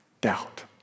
doubt